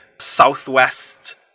southwest